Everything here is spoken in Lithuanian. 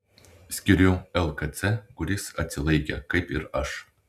skiriu lkc kuris atsilaikė kaip ir aš